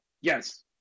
yes